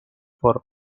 for